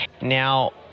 now